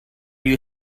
you